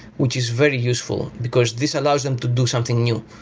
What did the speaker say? which is very useful, because this allows them to do something new.